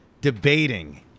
debating